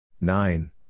nine